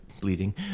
bleeding